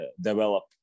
develop